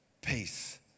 peace